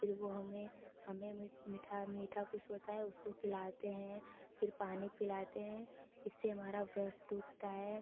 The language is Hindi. फिर वह हमें हमें मीठा मीठा कुछ होता है उसको खिलाते हैं फिर पानी पिलाते हैं इससे हमारा व्रत टूटता है